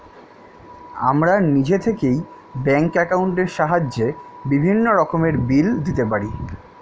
আমরা নিজে থেকেই ব্যাঙ্ক অ্যাকাউন্টের সাহায্যে বিভিন্ন রকমের বিল দিতে পারি